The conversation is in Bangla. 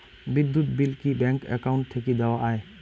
বিদ্যুৎ বিল কি ব্যাংক একাউন্ট থাকি দেওয়া য়ায়?